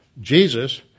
Jesus